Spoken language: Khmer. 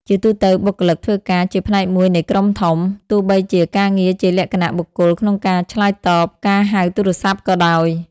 ជាទូទៅបុគ្គលិកធ្វើការជាផ្នែកមួយនៃក្រុមធំ ទោះបីជាការងារជាលក្ខណៈបុគ្គលក្នុងការឆ្លើយតបការហៅទូរស័ព្ទក៏ដោយ។